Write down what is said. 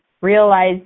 realize